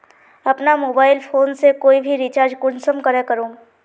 अपना mobile phone से कोई भी रिचार्ज कुंसम करे करूम?